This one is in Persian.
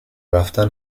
رفتن